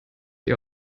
ihr